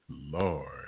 Lord